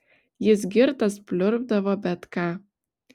jis girtas pliurpdavo bet ką